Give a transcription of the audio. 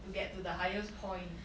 to get to the highest point